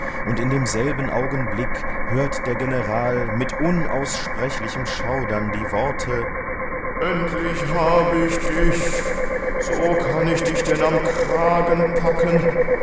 und in demselben augenblick hört der general mit unaussprechlichem schaudern die worte endlich habe ich dich so kann ich dich denn